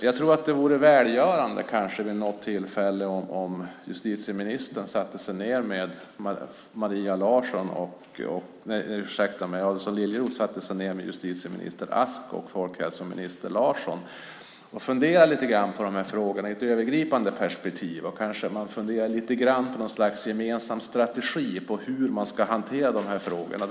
Jag tror att det kanske vore välgörande om kulturminister Adelsohn Liljeroth satte sig ned med justitieminister Ask och folkhälsominister Larsson och funderade lite grann på de här frågorna i ett övergripande perspektiv. Kanske kunde man fundera lite grann på något slags gemensam strategi för hur man ska hantera de här frågorna.